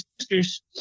sisters